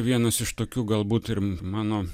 vienas iš tokių galbūt ir mano